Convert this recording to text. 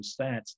stats